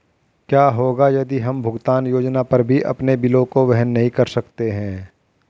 क्या होगा यदि हम भुगतान योजना पर भी अपने बिलों को वहन नहीं कर सकते हैं?